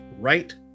right